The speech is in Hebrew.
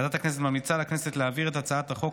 ועדת הכנסת ממליצה לכנסת להעביר את הצעת החוק